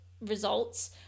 results